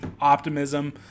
optimism